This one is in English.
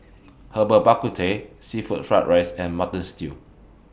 Herbal Bak Ku Teh Seafood Fried Rice and Mutton Stew